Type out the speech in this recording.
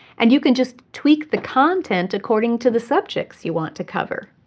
and you can just tweak the content according to the subjects you want to cover.